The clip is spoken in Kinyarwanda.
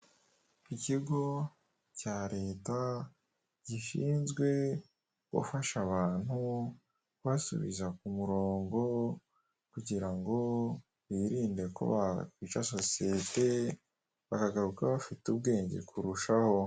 Ikigo cya leta gishinzwe gufasha abantu kubasubiza ku murongo, kugira ngo birinde ko bakica sosiyete, bakagaruka bafite ubwenge kurushaho.